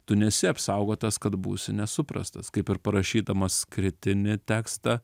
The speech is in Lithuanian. tu nesi apsaugotas kad būsi nesuprastas kaip ir parašydamas kritinį tekstą